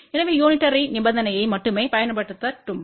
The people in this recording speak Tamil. எனவே யூனிடேரி நிபந்தனையை மட்டுமே பயன்படுத்தட்டும்